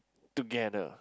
together